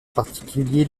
particulier